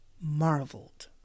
marveled